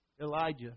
Elijah